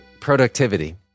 productivity